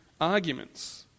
arguments